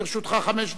אז לרשותך חמש דקות.